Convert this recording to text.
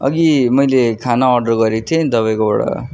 अघि मैले खाना अर्डर गरेको थिएँ नि तपाईँकोबाट